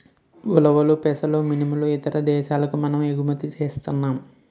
ఉలవలు పెసలు మినుములు ఇతర దేశాలకు మనము ఎగుమతి సేస్తన్నాం